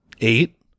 eight